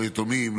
לא יתומים,